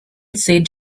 said